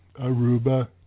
Aruba